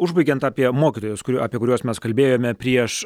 užbaigiant apie mokytojus kurių apie kuriuos mes kalbėjome prieš